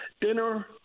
dinner